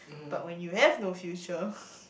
but when you have no future